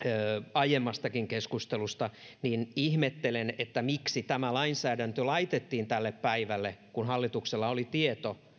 aiemmastakin keskustelusta niin ihmettelen miksi tämä lainsäädäntö laitettiin tälle päivälle kun hallituksella oli tieto